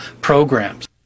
programs